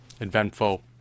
eventful